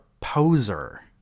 poser